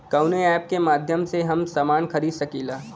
कवना ऐपके माध्यम से हम समान खरीद सकीला?